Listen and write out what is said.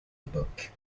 époque